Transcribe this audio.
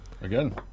Again